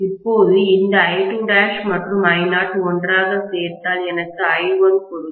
இப்போது இந்த I2' மற்றும் I0 ஒன்றாகச் சேர்த்தால் எனக்கு I1 கொடுக்கும்